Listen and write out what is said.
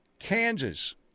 Kansas